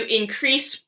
increase